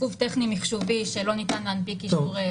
עיכוב טכני משום שלא ניתן להנפיק אישורים.